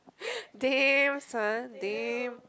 damn son damn